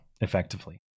effectively